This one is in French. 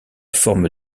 forme